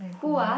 who are